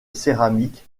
céramiques